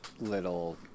little